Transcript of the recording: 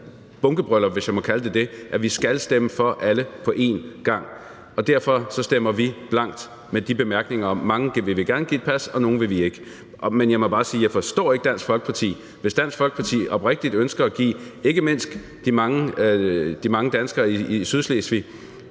bunkebryllup, hvis jeg må kalde det det, altså at vi skal stemme for alle på en gang. Derfor stemmer vi blankt med de bemærkninger, at mange vil vi gerne give pas, og nogle vil vi ikke. Men jeg må bare sige, at jeg ikke forstår Dansk Folkeparti. Hvis Dansk Folkeparti oprigtigt ønsker at give ikke mindst de mange danskere i Sydslesvig